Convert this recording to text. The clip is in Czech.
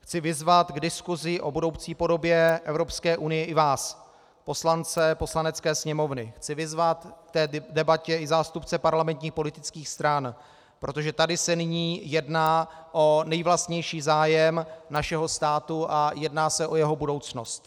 chci vyzvat k diskusi o budoucí podobě Evropské unie i vás, poslance Poslanecké sněmovny, chci vyzvat k té debatě i zástupce parlamentních politických stran, protože tady se nyní jedná o nejvlastnější zájem našeho státu a jedná se o jeho budoucnost.